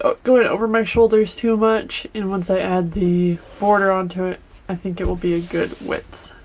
ah going over my shoulders too much and once i add the border onto it i think it will be a good width.